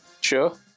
Sure